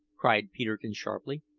cried peterkin sharply.